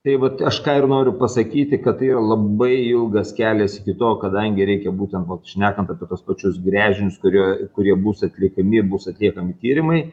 tai vat aš ką ir noriu pasakyti kad tai yra labai ilgas kelias iki to kadangi reikia būtent šnekant apie tuos pačius gręžinius kurio kurie bus atliekami bus atliekami tyrimai